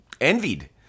envied